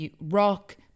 rock